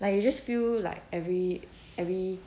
like you just feel like every every